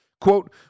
Quote